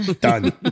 Done